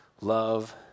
Love